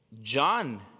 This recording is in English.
John